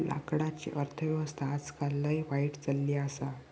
लाकडाची अर्थ व्यवस्था आजकाल लय वाईट चलली आसा